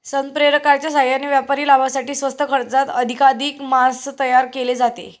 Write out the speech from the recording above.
संप्रेरकांच्या साहाय्याने व्यापारी लाभासाठी स्वस्त खर्चात अधिकाधिक मांस तयार केले जाते